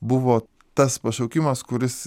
buvo tas pašaukimas kuris